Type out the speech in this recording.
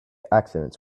accidents